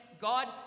God